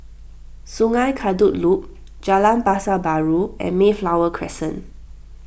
Sungei Kadut Loop Jalan Pasar Baru and Mayflower Crescent